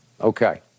Okay